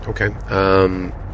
Okay